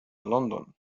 لندن